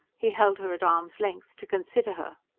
he held her at arm's length, to consider her.